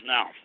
Now